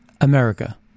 America